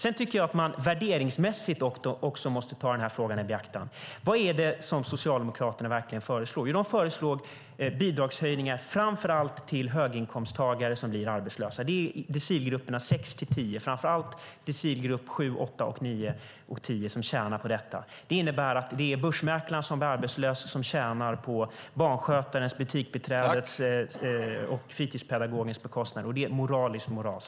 Jag tycker att man även värderingsmässigt måste ta denna fråga i beaktande. Vad är det som Socialdemokraterna verkligen föreslår? Jo, de föreslår bidragshöjningar framför allt till höginkomsttagare som blir arbetslösa. Det är decilgrupperna 6-10, och framför allt decilgrupp 7, 8, 9 och 10, som tjänar på detta. Det innebär att det är börsmäklaren som blir arbetslös som tjänar på detta på barnskötarens, butiksbiträdets och fritidspedagogens bekostnad. Det är moraliskt moras.